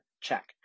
check